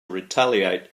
retaliate